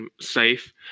safe